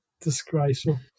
disgraceful